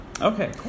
Okay